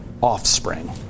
offspring